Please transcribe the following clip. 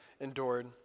endured